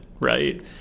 right